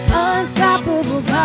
unstoppable